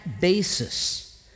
basis